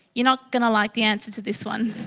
you're not going to like the answer to this one.